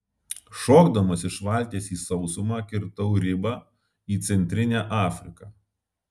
šokdamas iš valties į sausumą kirtau ribą į centrinę afriką